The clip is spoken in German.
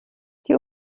die